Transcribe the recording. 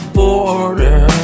border